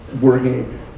working